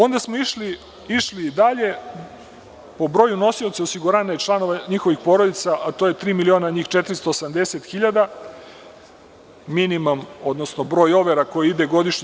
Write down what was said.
Onda smo išli dalje- u broju nosioca osiguranja i članova njihovih porodica, a to je 3 miliona 480 hiljada, minimum, odnosno broj overa koje idu godišnje.